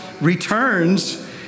returns